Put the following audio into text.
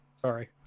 Sorry